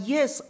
Yes